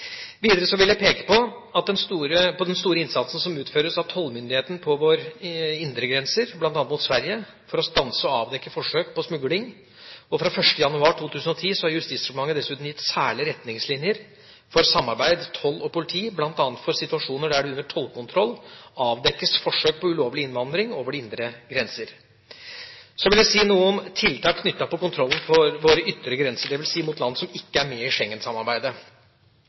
Videre vil jeg peke på den store innsatsen som utføres av tollmyndigheten på våre indre grenser, bl.a. mot Sverige, for å stanse og avdekke forsøk på smugling. Fra 1. januar 2010 har Justisdepartementet dessuten gitt særlige retningslinjer for samarbeid toll og politi, bl.a. for situasjoner der det under tollkontroll avdekkes forsøk på ulovlig innvandring over de indre grenser. Så vil jeg si noe om tiltak knyttet til kontrollen på våre ytre grenser, dvs. mot land som ikke er med i